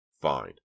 Fine